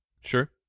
Sure